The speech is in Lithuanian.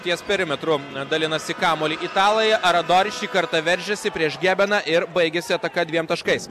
ties perimetru dalinasi kamuoliu italai aradori šį kartą veržiasi prieš gebeną ir baigiasi ataka dviem taškais